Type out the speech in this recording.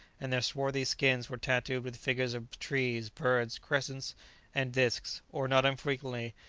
and their swarthy skins were tattooed with figures of trees, birds, crescents and discs, or, not unfrequently,